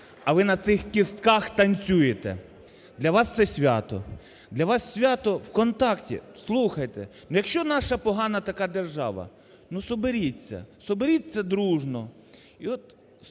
А ви на цих кістках танцюєте. Для вас це свято. Для вас свято – "Вконтакте". Слухайте, якщо наша погана така держава, ну, соберіться, соберіться дружно